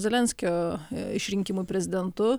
zelenskio išrinkimui prezidentu